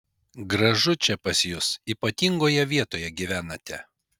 gražu čia pas jus ypatingoje vietoj gyvenate